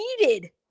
needed